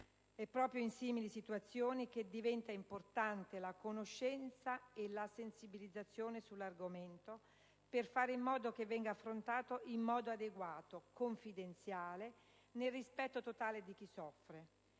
È proprio in simili situazioni che diventa importante la conoscenza e la sensibilizzazione sull'argomento, per far sì che venga affrontato in modo adeguato, confidenziale, nel rispetto totale di chi soffre,